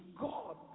God